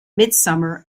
midsummer